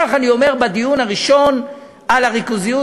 כך אני אומר בדיון הראשון על הריכוזיות,